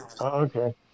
okay